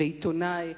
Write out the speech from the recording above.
ועיתונאי,